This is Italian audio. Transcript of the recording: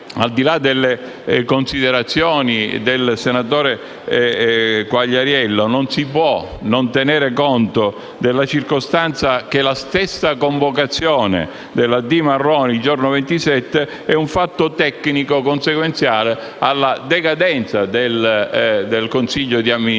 Al di là delle considerazioni del senatore Quagliariello, non si può non tenere conto della circostanza che la stessa convocazione dell'amministratore delegato Marroni il giorno 27 è un fatto tecnico consequenziale alla decadenza del consiglio d'amministrazione.